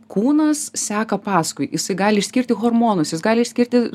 kūnas seka paskui jisai gali išskirti hormonus jis gali išskirti